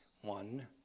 one